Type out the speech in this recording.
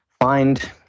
find